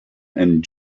and